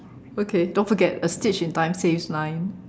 okay don't forget a stitch in time saves nine